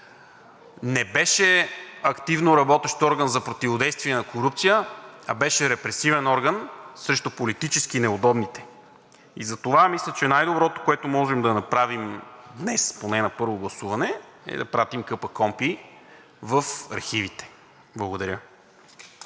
не беше активно работещ орган за противодействие на корупцията, а беше репресивен орган срещу политически неудобните. И затова мисля, че най-доброто, което можем да направим днес, поне на първо гласуване, е да пратим КПКОНПИ в архивите. Благодаря.